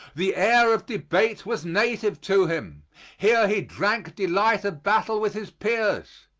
the air of debate was native to him here he drank delight of battle with his peers.